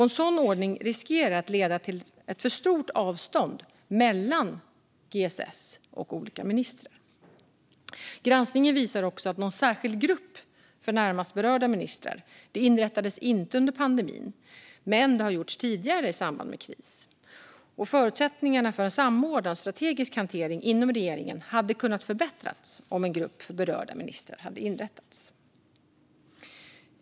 En sådan ordning riskerar att leda till ett för stort avstånd mellan GSS och olika ministrar. Granskningen visar också att någon särskild grupp för närmast berörda ministrar inte inrättades under pandemin, men det har gjorts tidigare i samband med kris. Förutsättningarna för att samordna en strategisk hantering inom regeringen hade kunnat förbättras om en grupp för berörda ministrar hade inrättats.